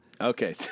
Okay